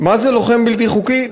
מה זה "לוחם בלתי חוקי"?